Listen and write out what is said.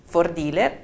Fordile